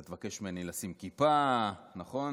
אתה תבקש ממני לשים כיפה, נכון?